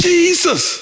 Jesus